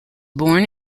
born